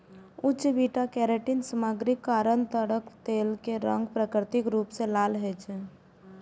उच्च beta carotene सामग्रीक कारण ताड़क तेल के रंग प्राकृतिक रूप सं लाल होइ छै